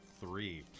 three